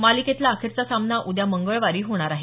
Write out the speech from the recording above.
मालिकेतला अखेरचा सामना उद्या मंगळवारी होणार आहे